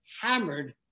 hammered